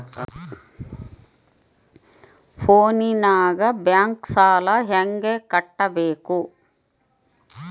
ಫೋನಿನಾಗ ಬ್ಯಾಂಕ್ ಸಾಲ ಹೆಂಗ ಕಟ್ಟಬೇಕು?